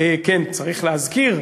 כן צריך להזכיר,